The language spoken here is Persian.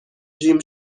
جیم